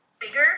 Bigger